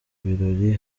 birori